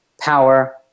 power